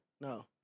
no